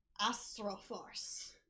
Astroforce